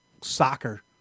soccer